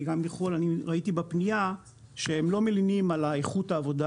גם ראיתי בפניה שהם לא מלינים על איכות העבודה